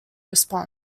response